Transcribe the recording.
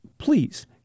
Please